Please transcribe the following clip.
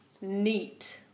neat